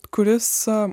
kuris a